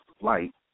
light